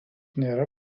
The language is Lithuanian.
nėra